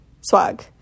swag